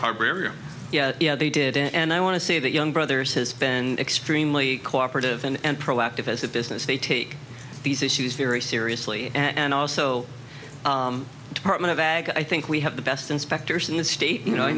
harbor area yeah yeah they did and i want to say that young brothers has been extremely cooperative and proactive as a business they take these issues very seriously and also department of ag i think we have the best inspectors in the state you know